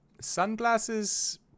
Sunglasses